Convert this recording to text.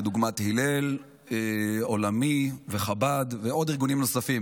כדוגמת הלל העולמי וחב"ד וארגונים נוספים.